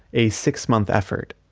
a six-month effort.